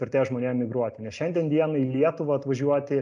vertės žmonėm migruoti nes šiandien dienai į lietuvą atvažiuoti